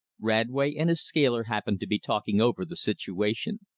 radway and his scaler happened to be talking over the situation.